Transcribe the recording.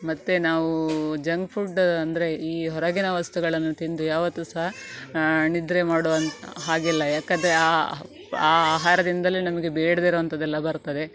ಮತ್ತು ನಾವು junk food ಅಂದರೆ ಈ ಹೊರಗಿನ ವಸ್ತುಗಳನ್ನು ತಿಂದು ಯಾವತ್ತೂ ಸಹ ನಿದ್ರೆ ಮಾಡೋ ಹಾಗಿಲ್ಲ ಏಕಂದ್ರೆ ಆ ಆ ಆಹಾರದಿಂದಲೇ ನಮಗೆ ಬೇಡದಿರೋಂಥದ್ದೆಲ್ಲ ಬರ್ತದೆ